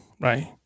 Right